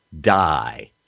die